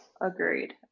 Agreed